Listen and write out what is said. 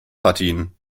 partien